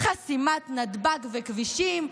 חסימת נתב"ג וכבישים,